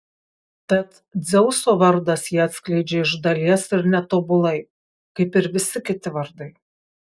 tad dzeuso vardas jį atskleidžia iš dalies ir netobulai kaip ir visi kiti vardai